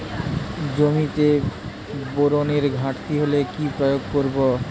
জমিতে বোরনের ঘাটতি হলে কি প্রয়োগ করব?